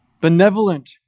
benevolent